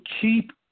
keep